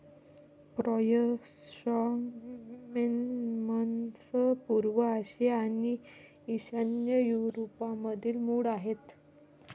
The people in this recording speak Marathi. क्रायसॅन्थेमम्स पूर्व आशिया आणि ईशान्य युरोपमधील मूळ आहेत